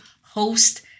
host